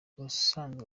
ubusanzwe